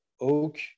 oak